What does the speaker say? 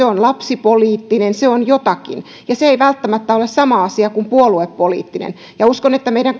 on lapsipoliittinen se on jotakin ja se ei välttämättä ole sama asia kuin puoluepoliittinen uskon että kaikilla meidän